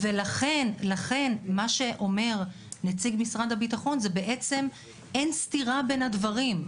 לכן מה שאומר נציג משרד הביטחון זה בעצם שאין סתירה בין הדברים.